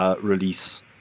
release